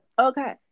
okay